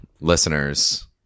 listeners